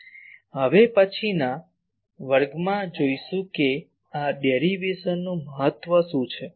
હવે પછીના વર્ગમાં આપણે જોઈશું કે આ ડેરીવેશન નું શું મહત્વ છે